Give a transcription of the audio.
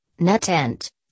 NetEnt